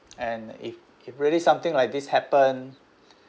and if if really something like this happen